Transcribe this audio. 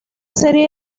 serie